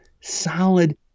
solid